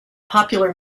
popular